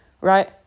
right